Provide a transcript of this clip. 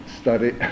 study